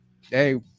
hey